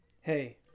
Hey